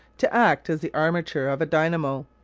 to act as the armature of a dynamo,